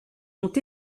ont